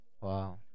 wow